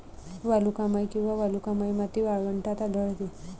वालुकामय किंवा वालुकामय माती वाळवंटात आढळते